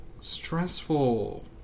stressful